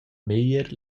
meglier